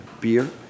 beer